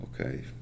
okay